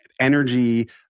energy